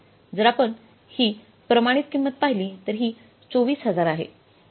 जर आपण ही प्रमाणित किंमत पाहिली तर ही 24000 आहे